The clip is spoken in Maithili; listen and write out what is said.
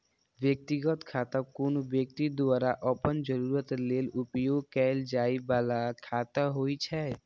व्यक्तिगत खाता कोनो व्यक्ति द्वारा अपन जरूरत लेल उपयोग कैल जाइ बला खाता होइ छै